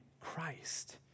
Christ